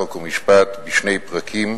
חוק ומשפט בשני פרקים: